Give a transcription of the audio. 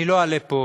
אני לא אלאה פה